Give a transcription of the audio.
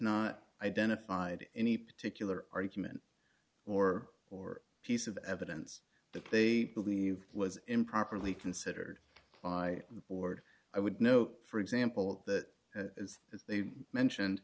not identified any particular argument or or piece of evidence that they believe was improperly considered by the board i would note for example that they mentioned